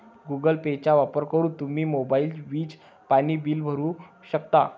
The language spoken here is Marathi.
गुगल पेचा वापर करून तुम्ही मोबाईल, वीज, पाणी बिल भरू शकता